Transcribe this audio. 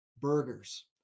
burgers